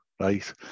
right